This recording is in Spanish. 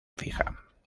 fija